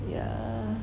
yeah